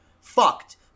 fucked